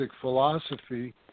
philosophy